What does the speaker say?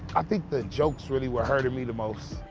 i think the jokes really what hurted me the most.